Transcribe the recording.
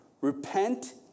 repent